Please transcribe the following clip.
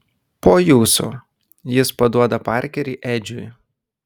po jūsų jis paduoda parkerį edžiui